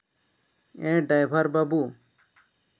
ᱮ driver ᱵᱟᱹᱵᱩ